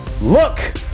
Look